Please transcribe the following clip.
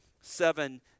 seven